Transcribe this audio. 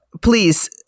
please